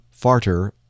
Farter